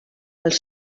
els